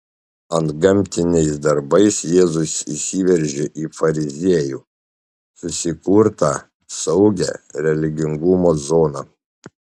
antgamtiniais darbais jėzus įsiveržė į fariziejų susikurtą saugią religingumo zoną